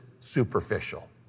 superficial